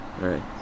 Right